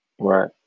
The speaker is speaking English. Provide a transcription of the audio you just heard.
right